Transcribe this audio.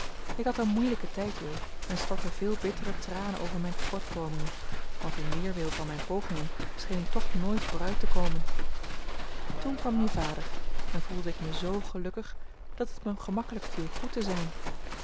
ik had een moeilijken tijd jo en stortte veel bittere tranen over mijn tekortkomingen want in weerwil van mijn pogingen scheen ik toch nooit vooruit te komen toen kwam je vader en voelde ik me zoo gelukkig dat het mij gemakkelijk viel goed te zijn